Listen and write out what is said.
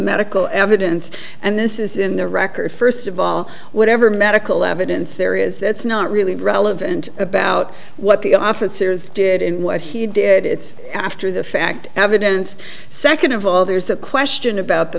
medical evidence and this is in the record first of all whatever medical evidence there is that's not really relevant about what the officers did in what he did it's after the fact evidence second of all there's a question about the